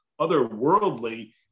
otherworldly